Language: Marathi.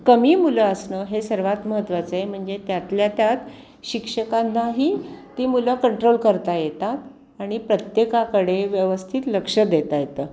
कमी मुलं असणं हे सर्वात महत्त्वाचं आहे म्हणजे त्यातल्या त्यात शिक्षकांनाही ती मुलं कंट्रोल करता येतात आणि प्रत्येकाकडे व्यवस्थित लक्ष देता येतं